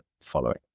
following